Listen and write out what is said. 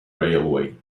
railway